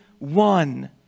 One